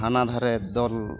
ᱦᱟᱱᱟ ᱫᱷᱟᱨᱮ ᱫᱚᱞ